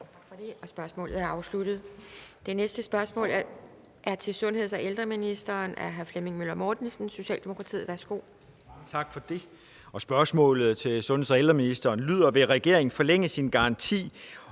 Tak for det. Spørgsmålet er afsluttet. Det næste spørgsmål er til sundheds- og ældreministeren af hr. Flemming Møller Mortensen, Socialdemokratiet. Kl. 14:27 Spm. nr. S 56 12) Til sundheds- og ældreministeren af: Flemming Møller Mortensen